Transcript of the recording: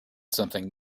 something